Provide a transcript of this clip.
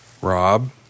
Rob